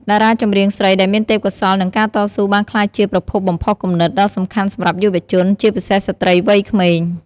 តារាចម្រៀងស្រីដែលមានទេពកោសល្យ និងការតស៊ូ បានក្លាយជា ប្រភពបំផុសគំនិត ដ៏សំខាន់សម្រាប់យុវជន ជាពិសេសស្ត្រីវ័យក្មេង។